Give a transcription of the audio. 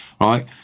right